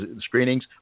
screenings